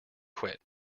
quit